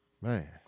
man